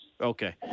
Okay